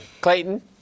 Clayton